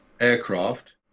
aircraft